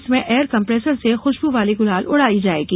इसमें air compressor से खुशबु वाली गुलाल उड़ाई जायेगी